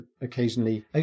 occasionally